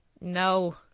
No